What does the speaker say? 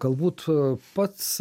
galbūt pats